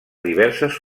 diverses